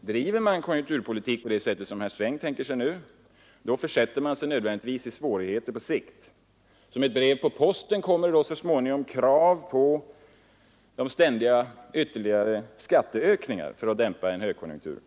Driver man konjunkturpolitik på det sätt som herr Sträng nu tänker sig, försätter man sig nödvändigtvis i svårigheter på sikt. Som ett brev på posten kommer då så småningom de ständiga kraven på ytterligare skatteökningar för att dämpa en högkonjunktur.